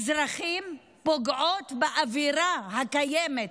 פוגעות באווירה הקיימת